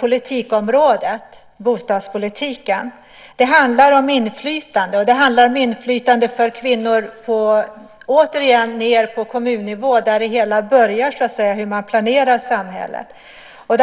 politikområdet, bostadspolitiken. Det handlar om inflytande, och det handlar om inflytande för kvinnor, återigen, ned på kommunnivå där hela planeringen av samhället börjar.